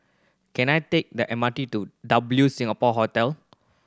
can I take the M R T to W Singapore Hotel